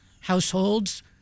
households